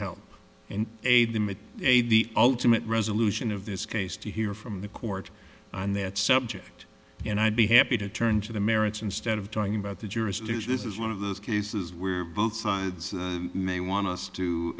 and aid them in the ultimate resolution of this case to hear from the court on that subject and i'd be happy to turn to the merits instead of talking about the jurist lose this is one of those cases where both sides may want us to